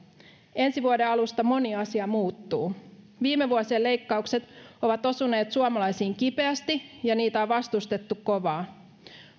ensi vuoden alusta moni asia muuttuu viime vuosien leikkaukset ovat osuneet suomalaisiin kipeästi ja niitä on vastustettu kovaa